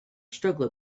struggle